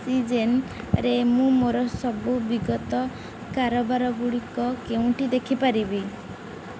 ଅକ୍ସିଜେନ୍ରେ ମୁଁ ମୋର ସବୁ ବିଗତ କାରବାରଗୁଡ଼ିକ କେଉଁଠି ଦେଖିପାରିବି